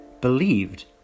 believed